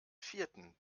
vierten